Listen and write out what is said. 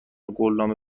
قولنامه